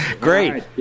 great